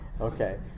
okay